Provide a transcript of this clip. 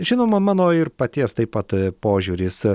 žinoma mano ir paties taip pat požiūris